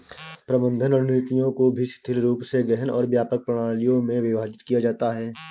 प्रबंधन रणनीतियों को भी शिथिल रूप से गहन और व्यापक प्रणालियों में विभाजित किया जाता है